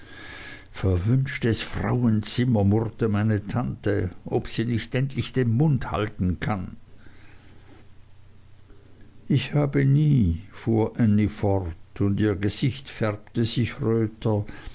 verwünschtes frauenzimmer murrte meine tante ob sie nicht endlich den mund halten kann ich habe nie fuhr ännie fort und ihr gesicht färbte sich röter